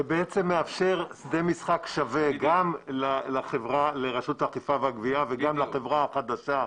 זה מאפשר שדה משחק שווה גם לרשות האכיפה והגבייה וגם לחברה החדשה.